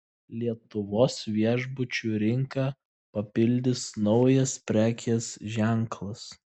lietuvos viešbučių rinką papildys naujas prekės ženklas